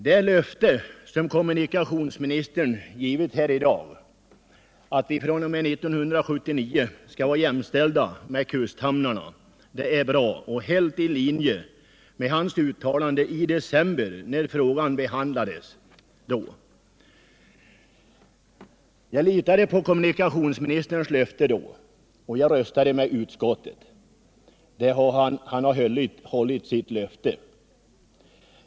Det löfte som kommunikationsministern givit här i dag, att insjöhamnarna fr.o.m. 1979 skall vara jämställda med kusthamnarna, är bra och helt i linje med hans uttalande när frågan behandlades i december. Jag litade på kommunikationsministerns löfte då, och jag röstade med utskottet. Han har nu hållit sitt löfte.